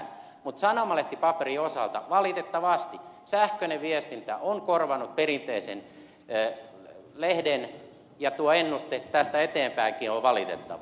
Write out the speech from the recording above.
mutta sanomalehtipaperin osalta valitettavasti sähköinen viestintä on korvannut perinteisen lehden ja tuo ennuste tästä eteenpäinkin on valitettava